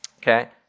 Okay